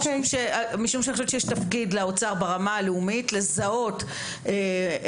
משום שאני חושבת שיש תפקיד לאוצר ברמה הלאומית לזהות חסמים